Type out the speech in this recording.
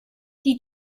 die